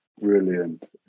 brilliant